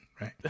right